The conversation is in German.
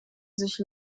sich